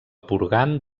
purgant